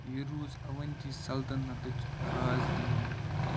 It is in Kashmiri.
یہِ روٗزۍ اَوَنتی سلطنَتٕچ راز دٲنۍ